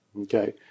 okay